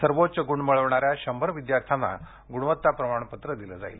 सर्वोच्च गुण मिळवणाऱ्या शंभर विद्यार्थ्यांना गुणवत्ता प्रमाणपत्र दिले जाईल